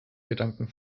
gedanken